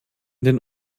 den